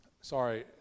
Sorry